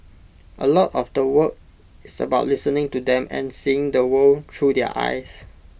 A lot of the work is about listening to them and seeing the world through their eyes